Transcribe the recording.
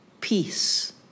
peace